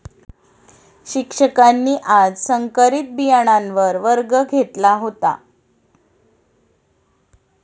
शिक्षकांनी आज संकरित बियाणांवर वर्ग घेतला होता